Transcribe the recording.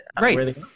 Right